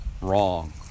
wrong